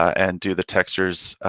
and do the textures